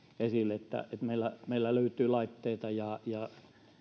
että meillä meillä löytyy laitteita ja ja